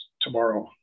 tomorrow